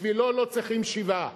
בשבילו לא צריכים שבעה.